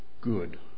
good